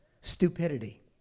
stupidity